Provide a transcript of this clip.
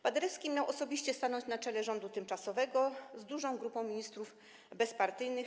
Paderewski miał osobiście stanąć na czele rządu tymczasowego z dużą grupą ministrów bezpartyjnych.